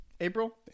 april